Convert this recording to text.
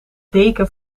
deken